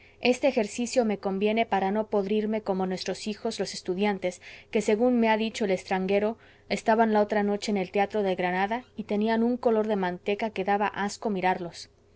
este ejercicio me conviene para no podrirme como nuestros hijos los estudiantes que según me ha dicho el estanquero estaban la otra noche en el teatro de granada y tenían un color de manteca que daba asco mirarlos